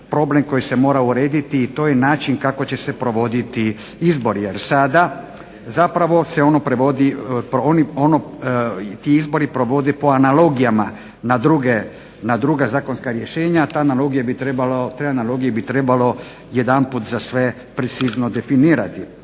problem koji se morao urediti i to je način kako će se provoditi izbori, jer sada se ono provodi, ti izbori provode po analogijama na druga zakonska rješenja, te analogije bi trebalo jedanput za sve precizno definirati